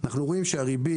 אנחנו רואים שהריבית